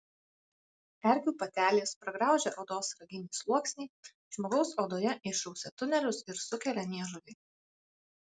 erkių patelės pragraužę odos raginį sluoksnį žmogaus odoje išrausia tunelius ir sukelia niežulį